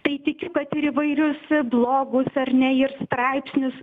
tai tikiu kad ir įvairius blogus ar ne ir straipsnius